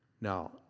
now